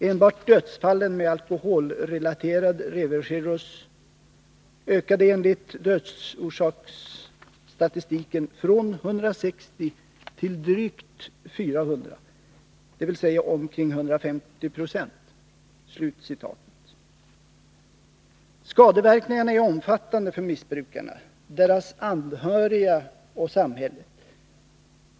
Enbart dödsfallen med alkoholrelaterad levercirrhos ökade enligt dödsorsaksstatistiken från ca 160 till drygt 400, dvs. med omkring 150 procent.” Skadeverkningarna är omfattande för missbrukarna, deras anhöriga och samhället.